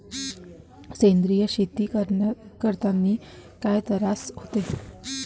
सेंद्रिय शेती करतांनी काय तरास होते?